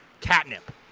catnip